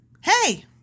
hey